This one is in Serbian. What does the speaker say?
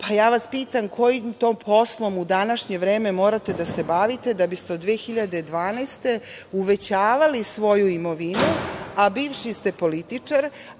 vas pitam – kojim to poslom u današnje vreme morate da se bavite da biste od 2012. godine uvećavali svoju imovinu, a bivši ste političar,